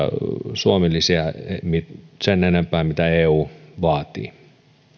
suomi lisiä sen enempää kuin mitä eu vaatii